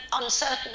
uncertain